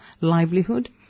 livelihood